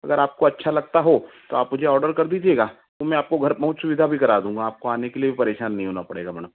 अगर आपको अच्छा लगता हो आप मुझे ऑर्डर कर दीजिएगा मै आपको घर पहुँच सुविधा भी करा दूँगा वहाँ आपको आने के लिए परेशान नहीं होना पड़ेगा मैडम